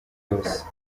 yose